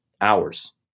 hours